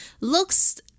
looks